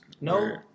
No